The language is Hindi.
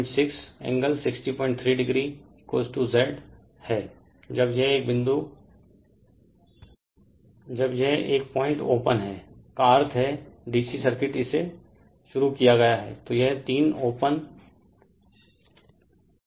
रेफेर टाइम 3503 हमें मिलेगा 456 603oZ रेफेर टाइम 3507 है जब यह एकपॉइंट ओपन है रेफेर टाइम 3513 का अर्थ है रेफेर टाइम 3515 DC सर्किट इसे शुरू किया गया है